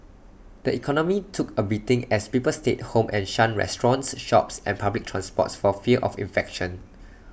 the economy took A beating as people stayed home and shunned restaurants shops and public transport for fear of infection